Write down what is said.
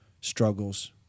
struggles